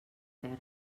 terra